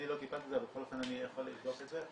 אני לא טיפלתי בזה, אבל אני יכול לבדוק את זה.